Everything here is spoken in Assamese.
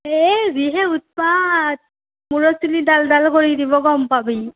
এই যিহে উৎপাত মূৰৰ চুলি ডাল ডাল কৰি দিব গম পাবি